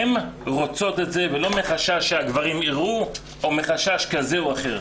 הן רוצות את זה ולא מחשש שהגברים יראו או מחשש כזה או אחר.